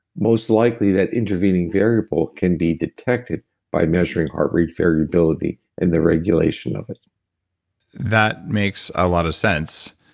most likely that intervening variable can be detected by measuring heart rate variability and their regulation of it that makes a lot of sense.